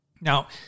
Now